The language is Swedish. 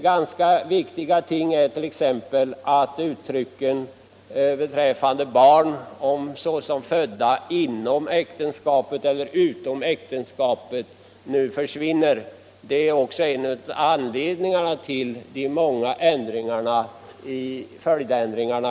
Ganska viktiga ting är t.ex. att uttrycken om barn såsom födda inom äktenskapet eller utom äktenskapet nu försvinner. Detta är också en av anledningarna till de många följdändringarna i andra lagar.